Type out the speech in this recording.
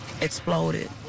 exploded